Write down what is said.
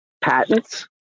patents